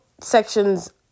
sections